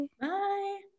Bye